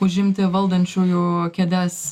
užimti valdančiųjų kėdes